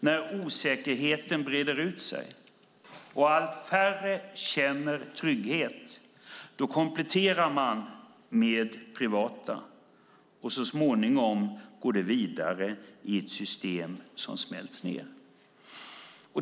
När osäkerheten breder ut sig och allt färre känner trygghet kompletterar man med privata försäkringar. Så småningom går det vidare i ett system som smälts ned.